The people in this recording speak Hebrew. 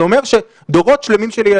זה אומר שדורות שלמים של ילדים לא ילכו לחינוך.